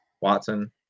Watson